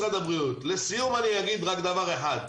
לסיום אני אומר דבר אחד.